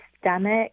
stomach